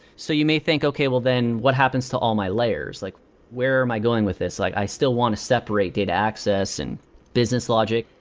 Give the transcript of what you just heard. so you may think, okay. then, what happens to all my layers? like where am i going with this? like i still want to separate data access and business logic,